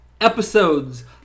episodes